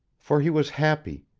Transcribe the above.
for he was happy,